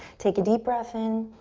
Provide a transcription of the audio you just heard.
take a deep breath in.